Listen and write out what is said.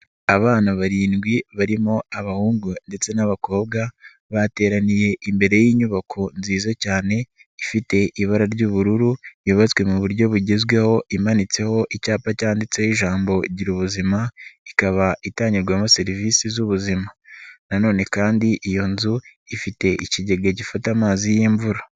Abana barindwi barimo abahungu ndetse n'abakobwa, bateraniye imbere y'inyubako nziza cyane, ifite ibara ry'ubururu, yubatswe mu buryo bugezweho, imanitseho icyapa cyanditseho ijambo gira buzima, ikaba itangirwamo serivisi z'ubuzima na none kandi iyo nzu, ifite ikigega gifata amazi y'imvura.